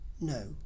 No